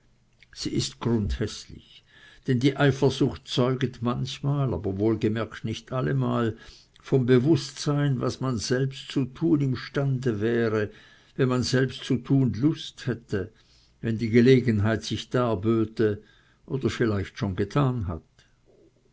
sie ist grundhäßlich denn die eifersucht zeuget manchmal aber wohlgemerkt nicht allemal vom bewußtsein was man selbst zu tun imstande wäre was man selbst zu tun lust hätte wenn die gelegenheit sich darböte oder vielleicht schon getan hat